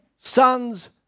Sons